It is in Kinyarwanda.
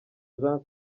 jean